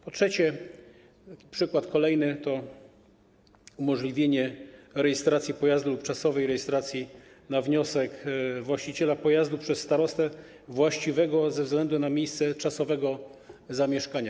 Po trzecie, przykład kolejny to umożliwienie rejestracji pojazdu lub czasowej rejestracji na wniosek właściciela pojazdu przez starostę właściwego ze względu na miejsce czasowego zamieszkania.